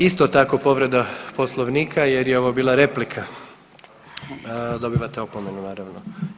Isto tako povreda Poslovnika jer je ovo bila replika, dobivate opomenu naravno.